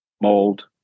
mold